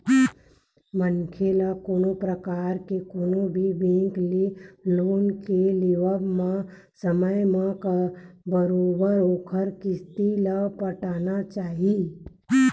मनखे ल कोनो परकार के कोनो भी बेंक ले लोन के लेवब म समे म बरोबर ओखर किस्ती ल पटाना चाही